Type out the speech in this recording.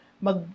mag